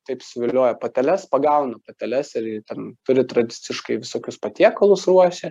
taip suvilioja pateles pagauna pateles ir ten turi tradiciškai visokius patiekalus ruošia